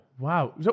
Wow